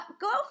go